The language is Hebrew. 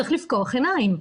צריך לפקוח עיניים.